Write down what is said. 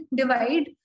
divide